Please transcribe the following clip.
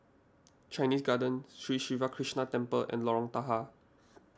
Chinese Garden Sri Siva Krishna Temple and Lorong Tahar